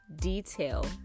detail